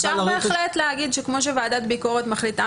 אפשר באמת להגיד כמו שוועדת ביקורת מחליטה